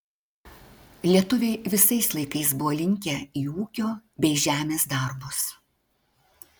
lietuviai visais laikais buvo linkę į ūkio bei žemės darbus